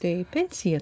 tai pensija